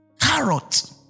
Carrot